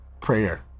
Prayer